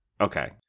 Okay